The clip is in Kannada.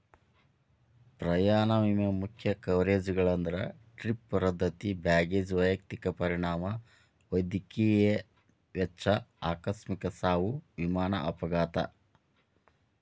ಪ್ರಯಾಣ ವಿಮೆ ಮುಖ್ಯ ಕವರೇಜ್ಗಳಂದ್ರ ಟ್ರಿಪ್ ರದ್ದತಿ ಬ್ಯಾಗೇಜ್ ವೈಯಕ್ತಿಕ ಪರಿಣಾಮ ವೈದ್ಯಕೇಯ ವೆಚ್ಚ ಆಕಸ್ಮಿಕ ಸಾವು ವಿಮಾನ ಅಪಘಾತ